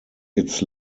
its